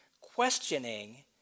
questioning